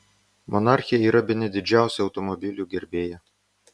monarchė yra bene didžiausia automobilių gerbėja